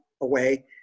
away